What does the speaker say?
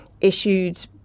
issued